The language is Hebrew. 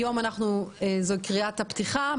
היום זאת קריאת הפתיחה,